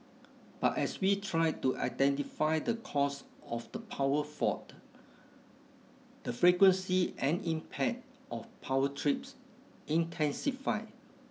but as we tried to identify the cause of the power fault the frequency and impact of power trips intensified